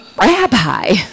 Rabbi